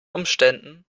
umständen